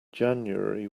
january